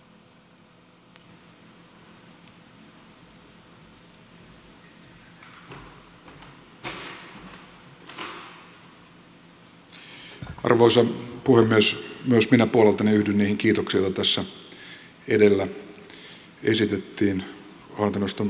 myös minä puoleltani yhdyn niihin kiitoksiin joita tässä edellä esitettiin hallintoneuvoston puheenjohtaja edustaja kantolalle